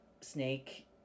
Snake